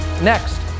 Next